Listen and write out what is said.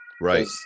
Right